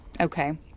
Okay